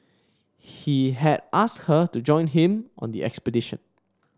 he had asked her to join him on the expedition